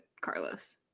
Carlos